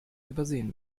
übersehen